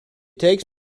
takes